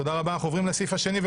אנחנו עוברים לערעור השני,